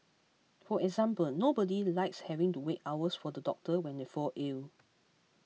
for example nobody likes having to wait hours for the doctor when they fall ill